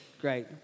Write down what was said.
great